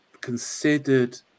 considered